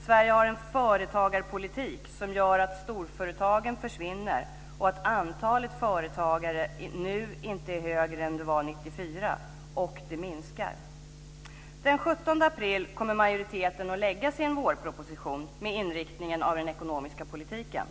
Sverige har en företagarpolitik som gör att storföretagen försvinner och att antalet företagare nu inte är högre än det var 1994, och det minskar. Den 17 april kommer majoriteten att lägga fram sin vårproposition med inriktningen av den ekonomiska politiken.